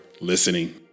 listening